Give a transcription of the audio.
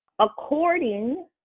according